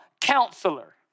Counselor